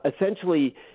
essentially